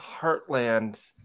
Heartland